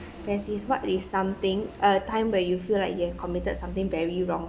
francis what is something uh a time when you feel like you have committed something very wrong